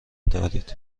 دارید